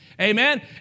Amen